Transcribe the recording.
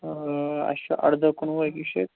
آ اَسہِ چھُ ارداہ کُنوُہ أکِس شاے